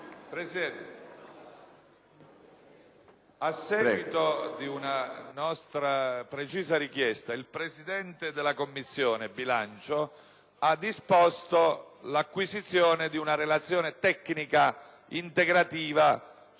Presidente. A seguito di una nostra precisa richiesta, il Presidente della Commissione bilancio ha disposto l'acquisizione di una relazione tecnica integrativa